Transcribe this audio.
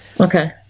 Okay